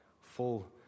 full